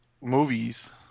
movies